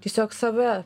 tiesiog save